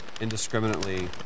indiscriminately